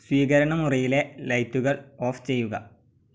സ്വീകരണമുറിയിലെ ലൈറ്റുകൾ ഓഫ് ചെയ്യുക